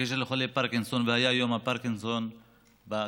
בקשר לחולי פרקינסון, והיה יום הפרקינסון בכנסת.